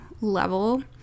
level